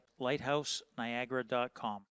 lighthouseniagara.com